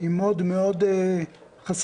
היא מאוד מאוד חסכנית,